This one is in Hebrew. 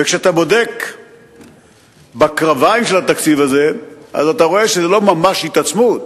כשאתה בודק בקרביים של התקציב הזה אתה רואה שזה לא ממש התעצמות.